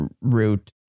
route